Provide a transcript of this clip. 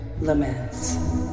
laments